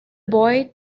boy